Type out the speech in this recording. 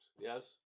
yes